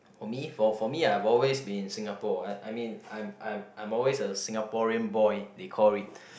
for me for for me I've always been in Singapore I I mean I'm I'm I'm always a Singaporean boy they call it